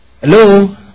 Hello